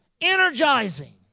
Energizing